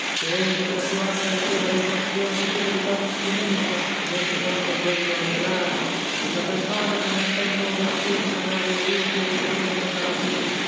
che egli non è più atto a ricevere impressione di più delicato strumento né secondo quello operare per la qual cosa chi non ha tempo o vertù di sonare i leuti e i violoni della latina